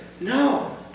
No